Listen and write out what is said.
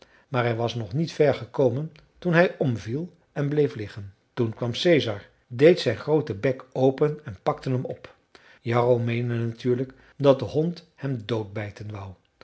maar hij was nog niet ver gekomen toen hij omviel en bleef liggen toen kwam caesar deed zijn grooten bek open en pakte hem op jarro meende natuurlijk dat de hond hem doodbijten